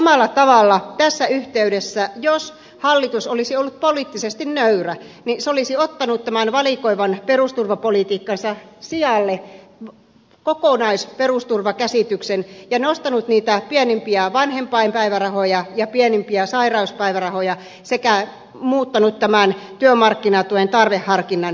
samalla tavalla tässä yhteydessä jos hallitus olisi ollut poliittisesti nöyrä se olisi ottanut tämän valikoivan perusturvapolitiikkansa sijalle kokonaisperusturvakäsityksen ja nostanut pienimpiä vanhempainpäivärahoja ja pienimpiä sairauspäivärahoja sekä poistanut työmarkkinatuen tarveharkinnan